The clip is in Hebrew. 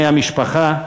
המשפחה,